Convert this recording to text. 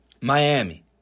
Miami